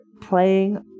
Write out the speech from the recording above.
playing